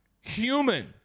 human